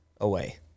away